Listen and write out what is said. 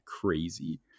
crazy